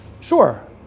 Sure